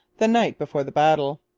the night before the battle.